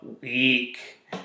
week